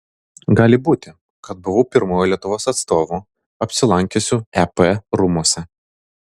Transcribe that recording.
gali būti kad buvau pirmuoju lietuvos atstovu apsilankiusiu ep rūmuose